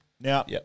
Now